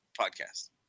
podcast